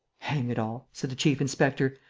hang it all! said the chief-inspector.